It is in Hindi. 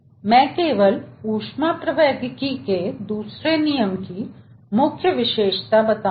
मैं ऊष्मप्रवैगिकी के दूसरे नियम की मुख्य विशेषता दूंगा